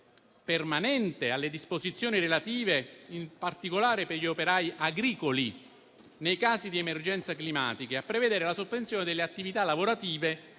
permanente alle disposizioni relative, in particolare, agli operai agricoli nei casi di emergenza climatiche, volti a prevedere la sospensione delle attività lavorative